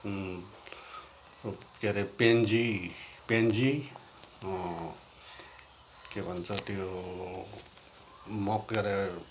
के रे पेन्जी पेन्जी के भन्छ त्यो